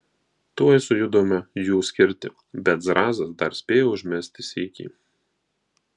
tuoj sujudome jų skirti bet zrazas dar spėjo užmesti sykį